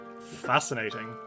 Fascinating